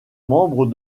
membres